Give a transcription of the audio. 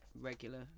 Regular